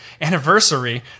anniversary